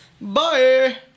Bye